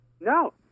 No